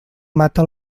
mata